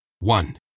One